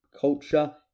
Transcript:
culture